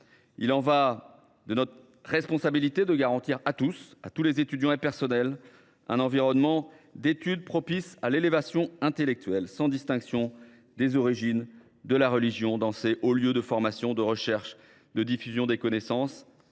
il relève de notre responsabilité de garantir à tous les étudiants et personnels un environnement d’étude propice à l’élévation intellectuelle, sans distinction relative à l’origine ou à la religion, dans ces hauts lieux de formation, de recherche et de diffusion des connaissances.